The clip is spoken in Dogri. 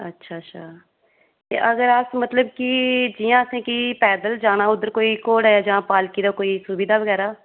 अच्छा अच्छा ते अगर अस मतलब कि जि'यां असें मतलब कि पैदल जाना उद्धर कोई घोडे़ जां पालकी दी सुविधा बगैरा